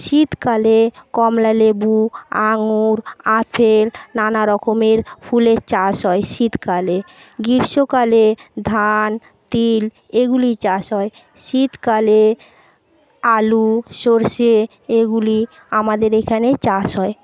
শীতকালে কমলালেবু আঙুর আপেল নানারকমের ফুলের চাষ হয় শীতকালে গ্রীষ্মকালে ধান তিল এগুলির চাষ হয় শীতকালে আলু সর্ষে এগুলি আমাদের এখানে চাষ হয়